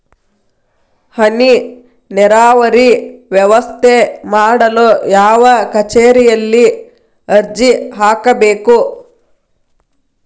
ಹನಿ ನೇರಾವರಿ ವ್ಯವಸ್ಥೆ ಮಾಡಲು ಯಾವ ಕಚೇರಿಯಲ್ಲಿ ಅರ್ಜಿ ಹಾಕಬೇಕು?